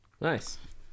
Nice